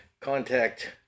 Contact